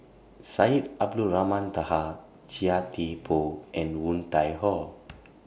Syed Abdulrahman Taha Chia Thye Poh and Woon Tai Ho